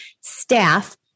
staff